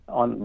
on